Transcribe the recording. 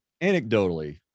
anecdotally